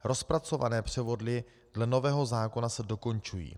Rozpracované převody dle nového zákona se dokončují.